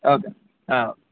okay